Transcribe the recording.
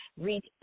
reach